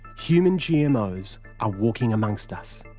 human gmos are walking amongst us.